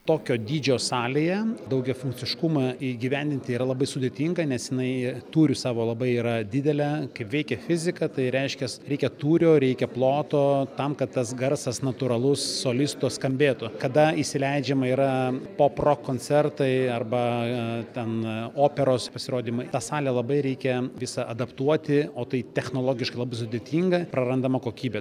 tokio dydžio salėje daugiafunkciškumą įgyvendinti yra labai sudėtinga nes jinai tūriu savo labai yra didelė kaip veikia fizika tai reiškias reikia tūrio reikia ploto tam kad tas garsas natūralus solisto skambėtų kada įsileidžiama yra pop rok koncertai arba ten operos pasirodymai tą salę labai reikia visą adaptuoti o tai technologiškai labai sudėtinga prarandama kokybė